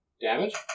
Damage